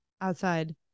outside